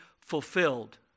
fulfilled